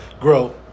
grow